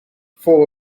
four